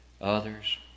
others